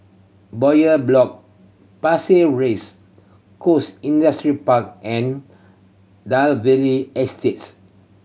Bowyer Block Pasir Ris Coast Industrial Park and Dalvey Estate